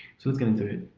so let's get into it